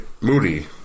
Moody